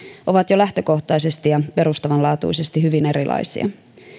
ovat jo lähtökohtaisesti ja perustavanlaatuisesti hyvin erilaisia